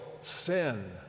sin